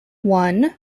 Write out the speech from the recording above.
one